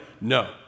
no